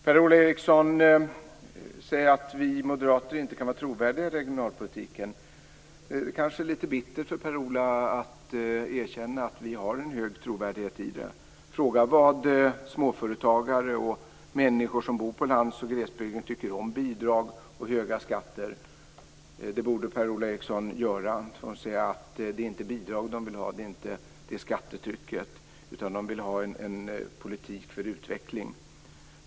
Per-Ola Eriksson säger att vi moderater inte kan vara trovärdiga i regionalpolitiken. Det kanske är litet bittert för Per-Ola Eriksson att erkänna att vi har en hög trovärdighet i det sammanhanget. Fråga vad småföretagare och människor som bor på landsbygd och i glesbygd tycker om bidrag och höga skatter. Det borde Per-Ola Eriksson göra. De säger att det inte är bidrag de vill ha. De vill inte ha det här skattetrycket, utan de vill ha en politik för utveckling.